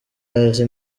azi